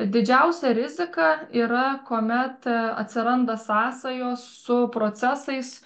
didžiausia rizika yra kuomet atsiranda sąsajos su procesais